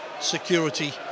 security